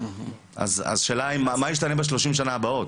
אז השאלה היא מה ישתנה ב-30 השנים הבאות.